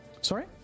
Sorry